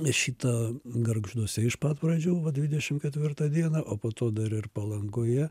šita gargžduose iš pat pradžių buvo va dvidešimt ketvirtą dieną o po to dar ir palangoje